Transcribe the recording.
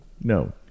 No